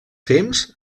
fems